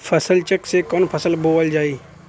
फसल चेकं से कवन फसल बोवल जाई?